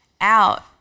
out